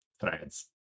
threads